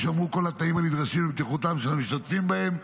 יישמרו כל התנאים הנדרשים לבטיחותם של המשתתפים בהם,